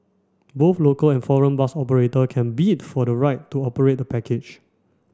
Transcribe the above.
both local and foreign bus operator can bid for the right to operate the package